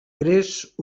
gres